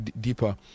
deeper